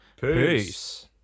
peace